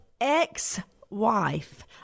ex-wife